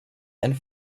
and